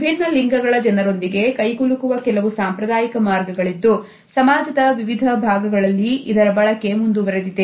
ವಿಭಿನ್ನ ಲಿಂಗಗಳ ಜನರೊಂದಿಗೆ ಕೈಕುಲುಕುವ ಕೆಲವು ಸಾಂಪ್ರದಾಯಿಕ ಮಾರ್ಗಗಳಿದ್ದು ಸಮಾಜದ ವಿವಿಧ ಭಾಗಗಳಲ್ಲಿ ಇದರ ಬಳಕೆ ಮುಂದುವರೆದಿದೆ